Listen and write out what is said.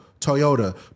Toyota